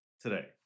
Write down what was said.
today